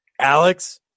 Alex